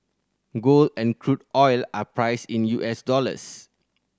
gold and crude oil are priced in U S dollars